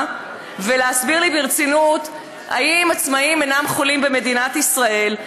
ולהסביר לי ברצינות אם עצמאים אינם חולים במדינת ישראל,